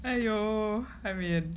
!aiyo! I mean